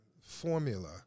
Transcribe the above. formula